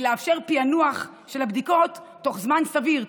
לאפשר פענוח של הבדיקות בתוך זמן סביר,